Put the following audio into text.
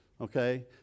okay